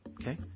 Okay